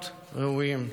להיות ראויים.